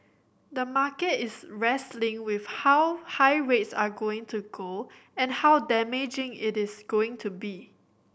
the market is wrestling with how high rates are going to go and how damaging it is going to be